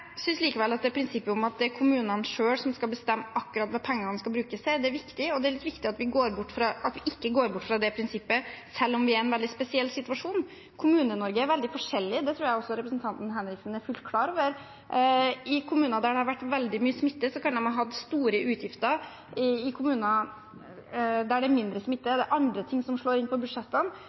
synes likevel at prinsippet om at det er kommunene selv som skal bestemme akkurat hva pengene skal brukes til, er viktig, og det er litt viktig at vi ikke går bort fra det prinsippet selv om vi er i en veldig spesiell situasjon. Kommune-Norge er veldig forskjellig – det tror jeg også representanten Henriksen er fullt klar over. I kommuner der det har vært veldig mye smitte, kan man ha hatt store utgifter. I kommuner der det er mindre smitte, er det andre ting som slår inn på budsjettene.